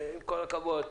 ועם כל הכבוד,